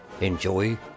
Enjoy